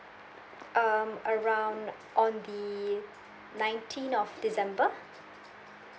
um around on the nineteenth of december